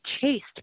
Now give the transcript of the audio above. chased